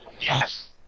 yes